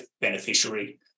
beneficiary